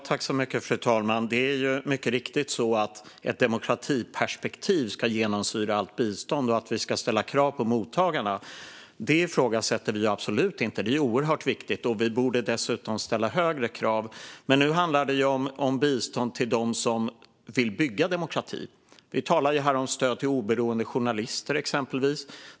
Fru talman! Det är mycket riktigt så att ett demokratiperspektiv ska genomsyra allt bistånd och att vi ska ställa krav på mottagarna. Det ifrågasätter vi absolut inte. Det är oerhört viktigt. Vi borde dessutom ställa högre krav. Men nu handlar det om bistånd till dem som vill bygga demokrati. Vi talar här exempelvis om stöd till oberoende journalister.